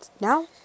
now